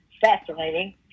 fascinating